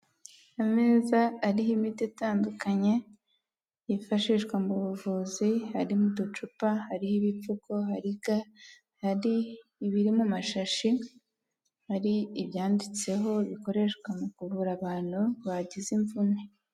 Ameza ariho imiti itandukanye yifashishwa mu buvuzi, harimo uducupa, hariho ibipfuko, hari ga, hari ibiri mu mashashi, hari ibyanditseho bikoreshwa mu ku kuvura abantu bagize imvune.